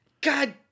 God